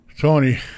Tony